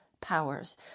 powers